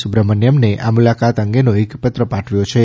સુબ્રહ્મણ્યમને આ મુલાકાત અંગેનો એક પત્ર પાઠવ્યો છે